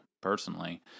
personally